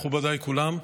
מכובדיי כולם,